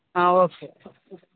okay